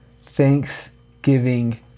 Thanksgiving